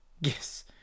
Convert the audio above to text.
yes